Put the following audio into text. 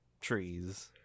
trees